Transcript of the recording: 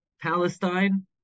Palestine